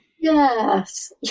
Yes